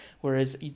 whereas